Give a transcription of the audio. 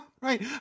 Right